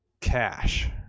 cash